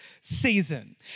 season